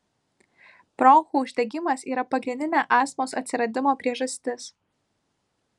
bronchų uždegimas yra pagrindinė astmos atsiradimo priežastis